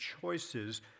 choices